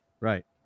Right